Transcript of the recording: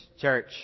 church